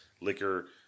liquor